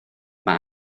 mae